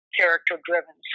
character-driven